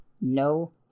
no